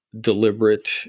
deliberate